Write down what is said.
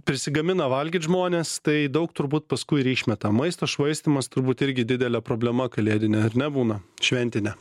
prisigamina valgyt žmonės tai daug turbūt paskui ir išmeta maisto švaistymas turbūt irgi didelė problema kalėdinė ar ne būna šventinė